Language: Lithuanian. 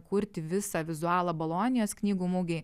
kurti visą vizualą bolonijos knygų mugei